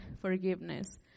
forgiveness